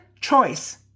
choice